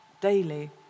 daily